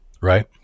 right